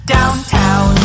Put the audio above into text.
Downtown